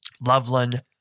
Loveland